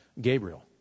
Gabriel